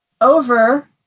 over